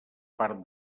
part